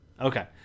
Okay